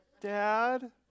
dad